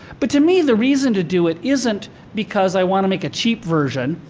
but to me, the reason to do it isn't because i wanna make a cheap version,